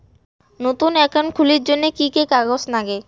নতুন একাউন্ট খুলির জন্যে কি কি কাগজ নাগে?